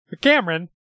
Cameron